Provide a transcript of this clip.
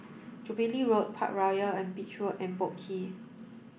Jubilee Road Parkroyal on Beach Road and Boat Quay